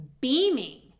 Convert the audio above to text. beaming